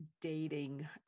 dating